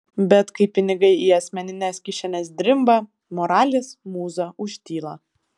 bet kai pinigai į asmenines kišenes drimba moralės mūza užtyla